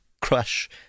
crush